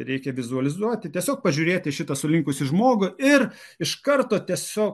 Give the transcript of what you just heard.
reikia vizualizuoti tiesiog pažiūrėti į šitą sulinkusį žmogų ir iš karto tiesiog